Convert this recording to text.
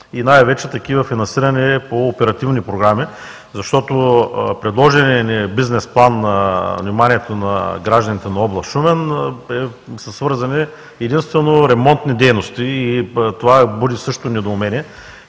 и най-вече такива, финансирани по оперативни програми? Защото предложеният бизнес план на вниманието на гражданите на област Шумен е свързан единствено с ремонтни дейности и това също буди недоумение.